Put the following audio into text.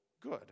good